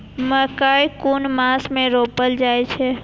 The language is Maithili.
मकेय कुन मास में रोपल जाय छै?